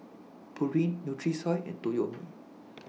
Pureen Nutrisoy and Toyomi